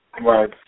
Right